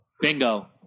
Bingo